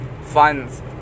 funds